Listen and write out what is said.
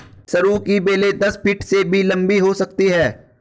सरू की बेलें दस फीट से भी लंबी हो सकती हैं